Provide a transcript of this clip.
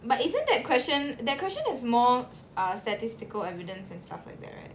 but isn't that question that question has more uh statistical evidence and stuff like that right